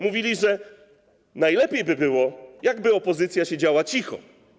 Mówili, że najlepiej by było, jak by opozycja siedziała cicho.